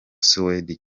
suwedi